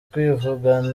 kwivugana